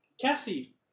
Cassie